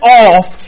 off